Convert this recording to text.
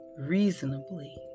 reasonably